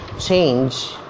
change